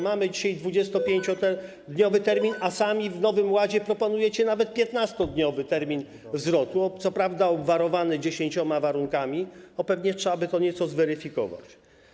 Mamy dzisiaj 25-dniowy termin, a sami w Nowym Ładzie proponujecie nawet 15-dniowy termin zwrotu, co prawda obwarowany dziesięcioma warunkami, pewnie trzeba by to nieco zweryfikować.